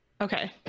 okay